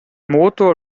motor